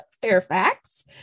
fairfax